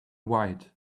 white